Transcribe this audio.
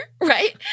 right